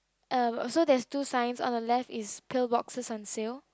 um so there's two signs on the left is pill boxes on sale